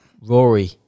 Rory